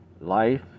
life